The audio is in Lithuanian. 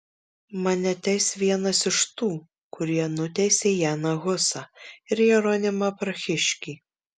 mane teis vienas iš tų kurie nuteisė janą husą ir jeronimą prahiškį